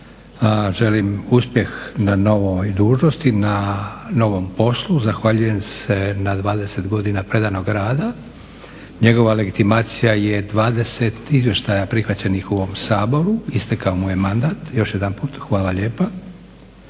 želim uspjeh na novoj dužnosti, na novom poslu. Zahvaljujem se na 20 godina predanog rada. Njegova legitimacija je 20 izvještaja prihvaćenih u ovom Saboru, istekao mu je mandat. Još jedanput hvala lijepa.